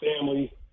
family